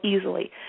easily